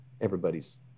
everybody's